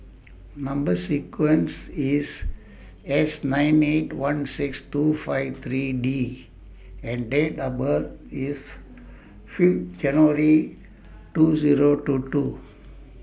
Number sequences IS S nine eight one six two five three D and Date of birth IS Fifth January two Zero two two